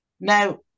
Now